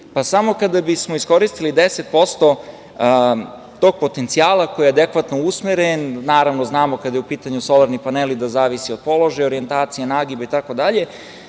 Srbiji. Samo kada bismo iskoristili 10% tog potencijala koji je adekvatno usmeren, naravno znamo kada su u pitanju solarni paneli da zavisi od položaja, orijentacije, nagiba itd,